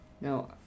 no